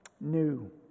new